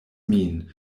min